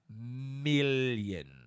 million